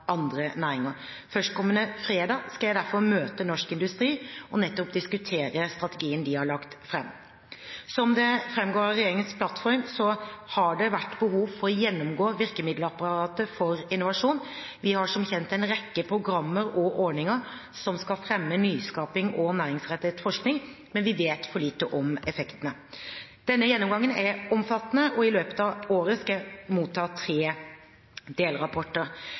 andre næringer. Førstkommende fredag skal jeg derfor møte Norsk Industri og nettopp diskutere strategien de har lagt fram. Som det framgår av regjeringens plattform, har det vært behov for å gjennomgå virkemiddelapparatet for innovasjon. Vi har som kjent en rekke programmer og ordninger som skal fremme nyskaping og næringsrettet forskning. Men vi vet for lite om effektene. Denne gjennomgangen er omfattende, og i løpet av året skal jeg motta tre delrapporter.